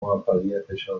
موفقیتشان